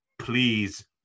Please